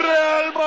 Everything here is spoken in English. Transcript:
Real